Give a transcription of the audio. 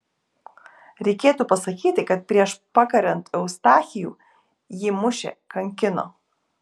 reikėtų pasakyti kad prieš pakariant eustachijų jį mušė kankino